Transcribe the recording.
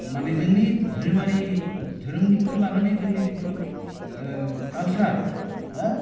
माने जोंनि धोरोमारि धोरोमनिखो लानानै जोंनि जितु कालसार हो